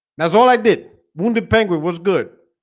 that's all i did wounded penguin was good